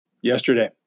Yesterday